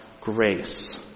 grace